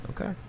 okay